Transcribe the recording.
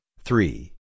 three